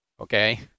okay